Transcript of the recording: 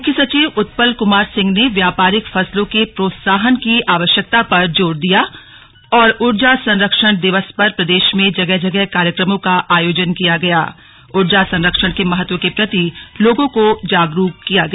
मुख्य सचिव उत्पल कुमार सिंह ने व्यापारिक फसलों के प्रोत्साहन की आवश्यकता पर जोर दिया ऊर्जा संरक्षण दिवस पर प्रदेश में जगह जगह कार्यक्रमों का आयोजन किया गया ऊर्जा संरक्षण के महत्व के प्रति लोगों को जागरूक किया गया